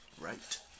Right